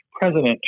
president